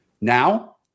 Now